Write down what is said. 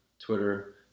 Twitter